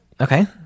Okay